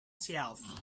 shelf